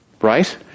right